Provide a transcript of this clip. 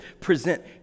present